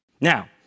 Now